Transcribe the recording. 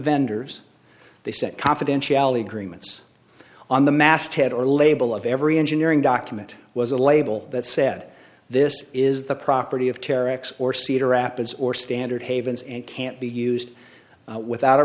vendors they said confidentiality agreements on the masthead or label of every engineering document was a label that said this is the property of terror x or cedar rapids or standard havens and can't be used without her